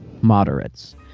moderates